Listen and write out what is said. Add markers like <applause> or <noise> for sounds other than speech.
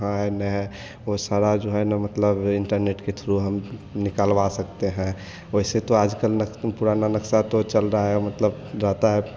कहाँ है नहीं वो सारा जो है न मतलब इंटरनेट के थ्रु हम निकालवा सकते हैं वैसे तो आजकल न पुराना नक्शा तो चल रहा है मतलब <unintelligible> है